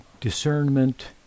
discernment